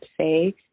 say